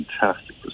fantastic